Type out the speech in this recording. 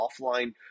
offline